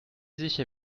sicher